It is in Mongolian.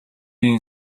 энэ